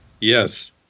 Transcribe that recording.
Yes